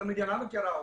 כל המדינה מכירה אותם,